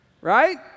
right